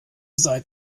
seid